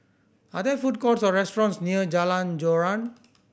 are there food courts or restaurants near Jalan Joran